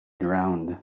drowned